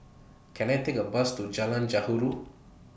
Can I Take A Bus to Jalan